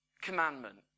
commandment